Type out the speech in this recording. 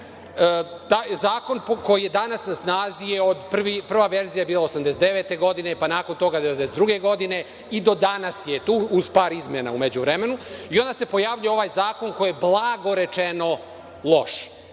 Zakon koji je danas na snazi, prva verzija je bila 1989. godine, pa nakon toga 1992. godine i do danas je tu, uz par izmena u međuvremenu, i onda se pojavljuje ovaj zakon koji je, blago rečeno, loš,